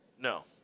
No